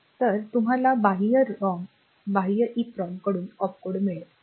तर तुम्हाला बाह्य रोम बाह्य ईप्रोम कडून ऑपकोड मिळेल